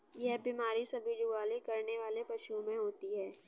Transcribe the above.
यह बीमारी सभी जुगाली करने वाले पशुओं में होती है